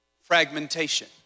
fragmentation